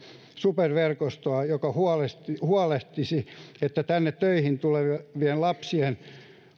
superverkostoa joka huolehtisi että tänne töihin tulevien lapsilla